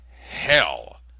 hell